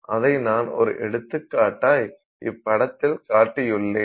அதை நான் ஒரு எடுத்துக்காட்டாய் இப்படத்தில் காட்டியுள்ளேன்